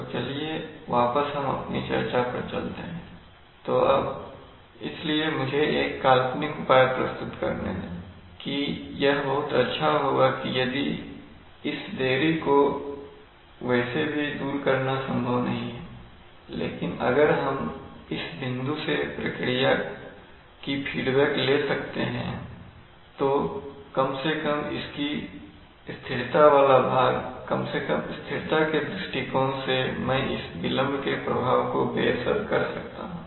तो चलिए वापस हम अपनी चर्चा पर चलते हैं तो अब इसलिए मुझे एक काल्पनिक उपाय प्रस्तुत करने दें कि यह बहुत अच्छा होगा यदि इस देरी को वैसे भी दूर करना संभव नहीं है लेकिन अगर किसी तरह हम इस बिंदु से प्रक्रिया की फीडबैक ले सकते हैं तो कम से कम इसकी स्थिरता वाला भाग कम से कम स्थिरता के दृष्टिकोण से मैं इस विलंब के प्रभाव को बेअसर कर सकता हूं